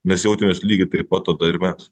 nes jautėmės lygiai taip pat tada ir mes